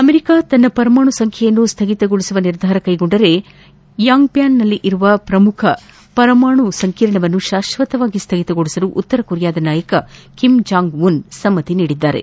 America ತನ್ನ ಪರಮಾಣು ಸಂಬೈಯನ್ನು ಸ್ಥಗಿತಗೊಳಿಸುವ ನಿರ್ಧಾರ ಕೈಗೊಂಡರೆ ನ್ಯಾಂಗ್ಬ್ಯಾನ್ನಲ್ಲಿ ಇರುವ ಪ್ರಮುಖ ಪರಮಾಣು ಸಂಕೀರ್ಣವನ್ನು ಶಾಶ್ವತವಾಗಿ ಸ್ಥಗಿತಗೊಳಿಸಲು ಉತ್ತರ ಕೊರಿಯಾದ ನಾಯಕ ಕಿಮ್ ಜಾಂಗ್ ವುನ್ ಸಮ್ತ್ರಿಸಿದ್ದಾರೆ